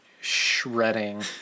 shredding